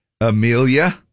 Amelia